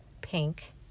pink